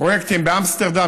פרויקטים באמסטרדם,